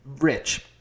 rich